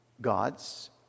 God's